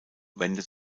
wendet